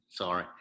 Sorry